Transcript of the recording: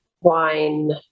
wine